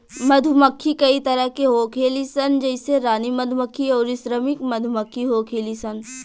मधुमक्खी कई तरह के होखेली सन जइसे रानी मधुमक्खी अउरी श्रमिक मधुमक्खी होखेली सन